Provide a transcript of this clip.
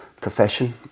profession